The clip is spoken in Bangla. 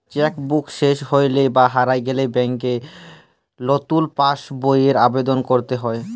চ্যাক বুক শেস হৈলে বা হারায় গেলে ব্যাংকে লতুন পাস বইয়ের আবেদল কইরতে হ্যয়